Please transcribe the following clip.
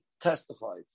testified